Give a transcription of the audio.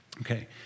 Okay